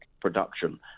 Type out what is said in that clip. production